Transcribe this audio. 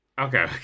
Okay